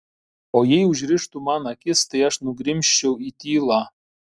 o jei užrištų man akis tai aš nugrimzčiau į tylą